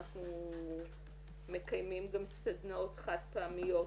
אנחנו מקיימים גם סדנאות חד פעמיות,